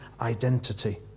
identity